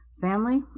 family